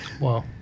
Wow